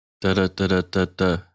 Da-da-da-da-da-da